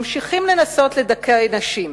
ממשיכים לנסות לדכא נשים,